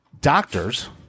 Doctors